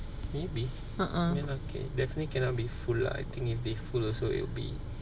maybe I mean okay definitely cannot be full lah I think if they full also it'll be